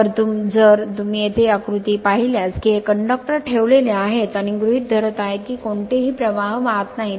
तर जर तुम्ही येथे आकृती पाहिल्यास की हे कंडक्टर conductor ठेवलेले आहेत आणि गृहित धरत आहेत की कोणतेही प्रवाह वाहात नाहीत